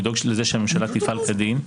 לדאוג לזה שהממשלה תפעל כדין,